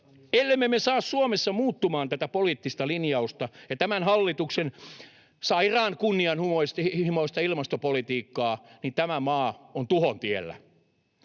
ellemme me saa Suomessa muuttumaan tätä poliittista linjausta ja tämän hallituksen sairaan kunnianhimoista ilmastopolitiikkaa, niin tämä maa on tuhon tiellä.